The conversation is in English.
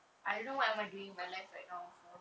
I don't know what am I doing my life right now also